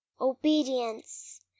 Obedience